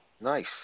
nice